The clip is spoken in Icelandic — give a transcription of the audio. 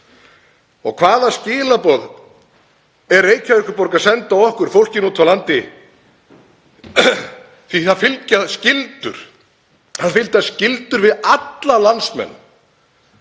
Hvaða skilaboð er Reykjavíkurborg að senda okkur, fólkinu úti á landi? Því að það fylgja skyldur við alla landsmenn.